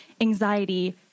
anxiety